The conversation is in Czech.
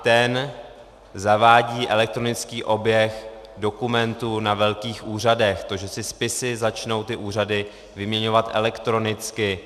Ten zavádí elektronický oběh dokumentů na velkých úřadech, to, že si spisy začnou úřady vyměňovat elektronicky.